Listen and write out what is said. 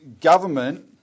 government